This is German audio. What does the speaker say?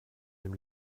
dem